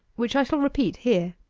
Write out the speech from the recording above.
which i shall repeat here.